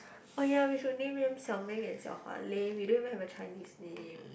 oh ya we should name them 小明 and 小华 lame we don't even have a Chinese name